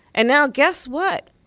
and now guess what.